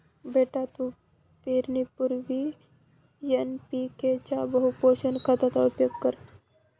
बेटा तू पेरणीपूर्वी एन.पी.के च्या बहुपोषक खताचा वापर कर